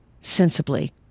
sensibly